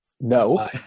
no